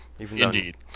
Indeed